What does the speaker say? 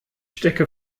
stecke